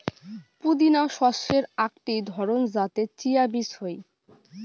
পুদিনা শস্যের আকটি ধরণ যাতে চিয়া বীজ হই